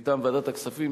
מטעם ועדת הכספים,